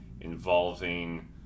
involving